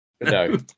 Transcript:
No